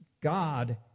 God